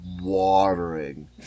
watering